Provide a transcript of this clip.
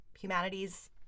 humanities